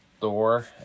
Thor